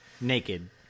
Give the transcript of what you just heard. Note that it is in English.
naked